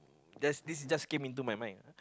just this just came into my mind